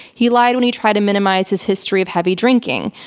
he lied when he tried to minimize his history of heavy drinking.